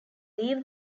leave